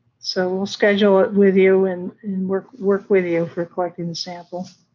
so we'll schedule it with you and and work work with you for collecting the sample.